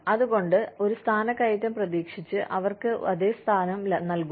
അതുകൊണ്ട് ഒരു സ്ഥാനക്കയറ്റം പ്രതീക്ഷിച്ച് അവർക്ക് അതേ സ്ഥാനം നൽകുക